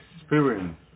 experience